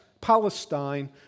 Palestine